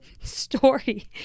story